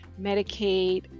Medicaid